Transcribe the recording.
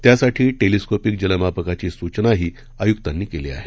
त्यासाठी टेलीस्कोपीक जलमापकाची सूचनाही आयुक्तांनी केली आहे